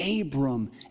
Abram